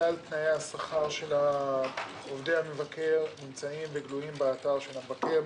כלל תנאי השכר של עובדי המבקר נמצאים וגלויים באתר של המבקר,